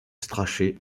strachey